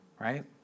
right